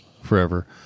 forever